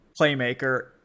playmaker